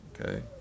Okay